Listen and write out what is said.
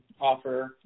offer